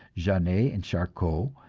janet and charcot,